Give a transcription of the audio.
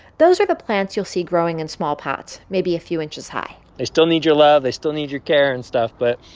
those are the plants you'll see growing in small pots, maybe a few inches high they still need your love. they still need your care and stuff, but,